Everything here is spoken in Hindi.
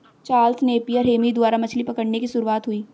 चार्ल्स नेपियर हेमी द्वारा मछली पकड़ने की शुरुआत हुई